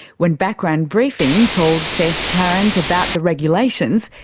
when background briefing told seth tarrant about the regulations,